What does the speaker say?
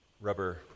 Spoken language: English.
rubber